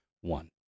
one